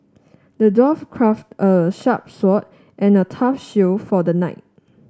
the dwarf crafted a sharp sword and a tough shield for the knight